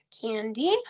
candy